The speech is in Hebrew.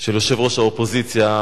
של יושבת-ראש האופוזיציה,